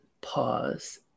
pause